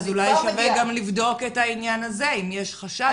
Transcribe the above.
אז אולי שווה גם לבדוק את העניין הזה אם יש חשש.